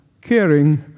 caring